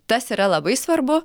tas yra labai svarbu